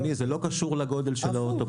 אדוני, זה לא קשור לגודל של האוטובוס.